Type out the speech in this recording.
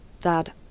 dad